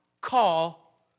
call